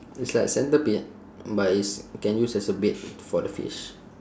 it's like centipede but it's can use as a bait for the fish